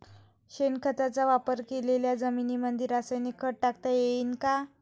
शेणखताचा वापर केलेल्या जमीनीमंदी रासायनिक खत टाकता येईन का?